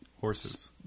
horses